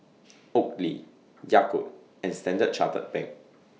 Oakley Yakult and Standard Chartered Bank